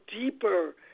deeper